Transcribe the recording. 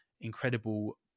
incredible